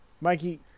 Mikey